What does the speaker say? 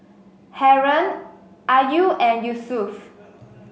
Haron Ayu and Yusuf